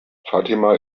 fatima